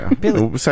Billy